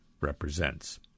represents